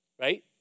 right